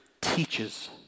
teaches